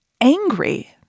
angry